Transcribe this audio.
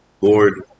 lord